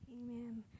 Amen